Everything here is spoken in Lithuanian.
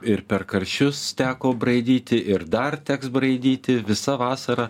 ir per karščius teko braidyti ir dar teks braidyti visa vasara